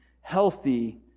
healthy